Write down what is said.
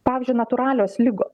pavyzdžiui natūralios ligos